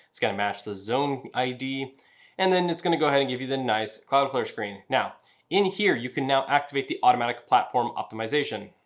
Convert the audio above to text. it's going to match the zone id and then it's going to go ahead and give you the nice cloudflare screen. now in here, you can now activate the automatic platform optimization.